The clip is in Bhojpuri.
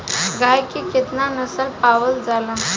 गाय के केतना नस्ल पावल जाला?